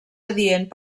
adient